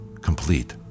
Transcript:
complete